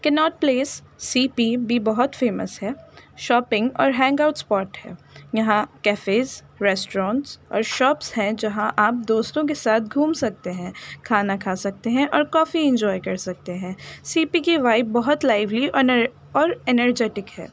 Kent place C P بھی بہت famous ہے شاپنگ اور ہینگ آؤٹ اسپاٹ ہے یہاں کیفز ریسٹورونٹس اور شاپس ہیں جہاں آپ دوستوں کے ساتھ گھوم سکتے ہیں کھانا کھا سکتے ہیں اور کافی انجوائے کر سکتے ہیں سی پی کی وائب بہت لائولی اور انرجیٹک ہے